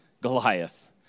Goliath